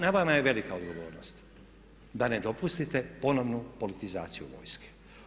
Na vama je velika odgovornost da ne dopustite ponovnu politizaciju vojske.